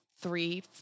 three